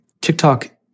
TikTok